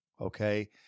okay